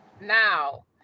now